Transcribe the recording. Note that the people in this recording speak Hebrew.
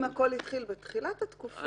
אם הכול התחיל בתחילת התקופה,